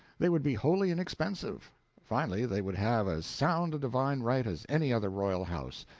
they would be wholly inexpensive finally, they would have as sound a divine right as any other royal house,